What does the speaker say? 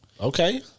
Okay